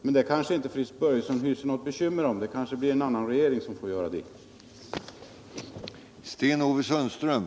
Men detta kanske Fritz Börjesson inte har några bekymmer för — det kanske blir en annan regering som får de bekymren.